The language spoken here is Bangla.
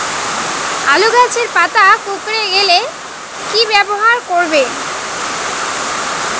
আলুর গাছের পাতা কুকরে গেলে কি ব্যবহার করব?